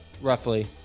roughly